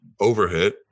Overhit